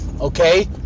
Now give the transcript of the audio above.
Okay